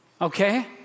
Okay